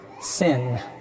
sin